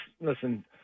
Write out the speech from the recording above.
listen